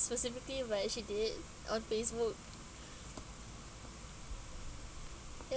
specifically where she did on facebook